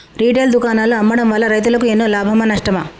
Retail దుకాణాల్లో అమ్మడం వల్ల రైతులకు ఎన్నో లాభమా నష్టమా?